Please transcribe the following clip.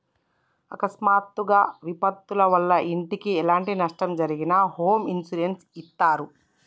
అకస్మాత్తుగా విపత్తుల వల్ల ఇంటికి ఎలాంటి నష్టం జరిగినా హోమ్ ఇన్సూరెన్స్ ఇత్తారు